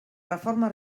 reforma